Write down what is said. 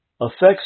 affects